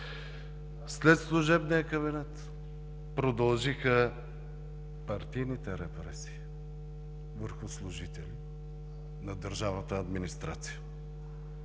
след служебния кабинет продължиха партийните репресии върху служители на държавната администрация.